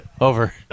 Over